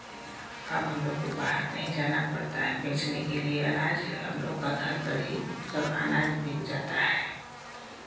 अब हम लोग को बाहर नहीं जाना पड़ता है बेचने के लिए अनाज हम लोग का घर पर ही सब अनाज बिक जाता है